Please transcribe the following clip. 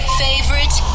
favorite